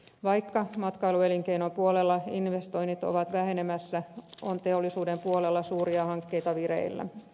vaikka matkailuelinkeinon puolella investoinnit ovat vähenemässä on teollisuuden puolella suuria hankkeita vireillä